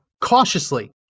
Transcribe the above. cautiously